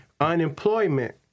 unemployment